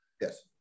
Yes